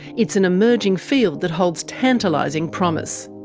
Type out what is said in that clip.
it's an emerging field that holds tantalising promise.